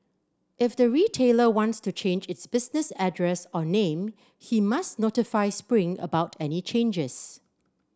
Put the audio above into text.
if the retailer wants to change its business address or name he must notify Spring about any changes